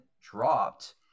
dropped